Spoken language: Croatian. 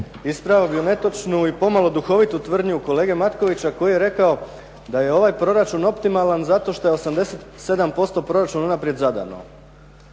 Ispravio bih netočnu i pomalo duhovitu tvrdnju kolege Matkovića koji je rekao da je ovaj proračun optimalan zato što je 87% proračuna unaprijed zadano.